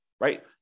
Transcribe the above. right